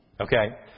okay